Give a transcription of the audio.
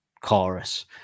chorus